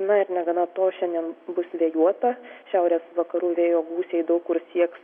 na ir negana to šiandien bus vėjuota šiaurės vakarų vėjo gūsiai daug kur sieks